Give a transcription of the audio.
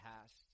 past